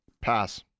Pass